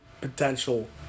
potential